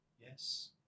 Yes